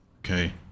okay